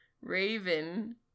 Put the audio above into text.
Raven